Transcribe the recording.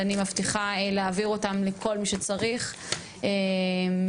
אני מבטיחה להעביר אותם לכל מי שצריך מהוועדה.